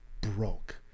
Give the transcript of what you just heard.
broke